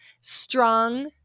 strong